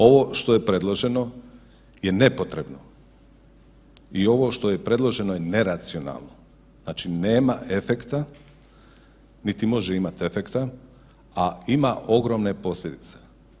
Ovo što je predloženo je nepotrebno i ovo što je predloženo je neracionalno, znači nema efekta niti može imati efekta, a ima ogromne posljedice.